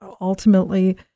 ultimately